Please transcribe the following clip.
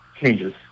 changes